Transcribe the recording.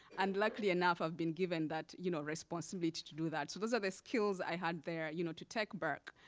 and luckily enough, i've been given that you know responsibility to do that. so those are the skills i had there you know to take back.